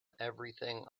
everything